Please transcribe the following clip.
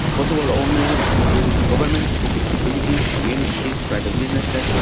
possible owners includes government, public utilities, communities, private businesses,